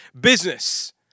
business